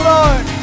Lord